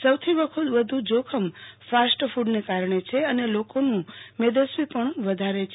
સૌથી વધુ જોખમ ફાસ્ટફડને કારણે અને લોકોનું મેદસ્વીતાપણ વધારે છે